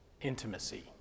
intimacy